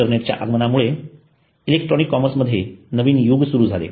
इंटरनेटच्या आगमनामुळे इलेक्ट्रॉनिक कॉमर्समध्ये नवीन युग सुरू झाले